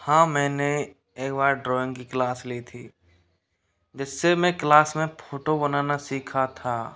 हाँ मैंने एक बार ड्राइंग की क्लास ली थी जिससे मैं क्लास में फ़ोटो बनाना सीखा था